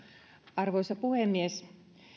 arvoisa puhemies